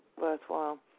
worthwhile